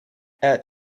add